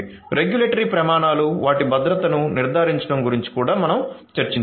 regulatory ప్రమాణాలు వాటి భద్రతను నిర్ధారించడం గురించి కూడా మనం చర్చించాము